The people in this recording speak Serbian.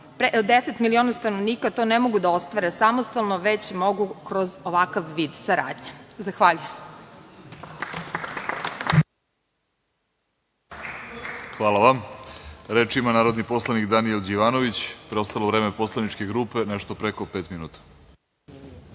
sa 10 miliona stanovnika to ne mogu da ostvare samostalno, već mogu kroz ovakav vid saradnje. Zahvaljujem. **Vladimir Orlić** Zahvaljujem. Reč ima narodni poslanik Daniel Đivanović. Preostalo vreme poslaničke grupe nešto preko pet minuta.